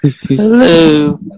hello